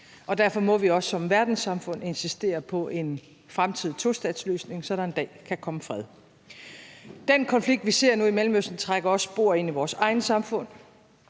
Derfor må vi også som verdenssamfund insistere på en fremtidig tostatsløsning, så der en dag kan komme fred. Den konflikt, vi ser nu i Mellemøsten, trækker også spor ind i vores eget samfund.